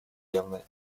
явно